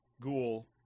Ghoul